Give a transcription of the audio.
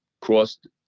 crossed